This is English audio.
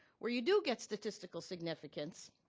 where you do get statistical significance,